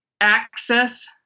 access